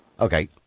Okay